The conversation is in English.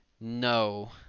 no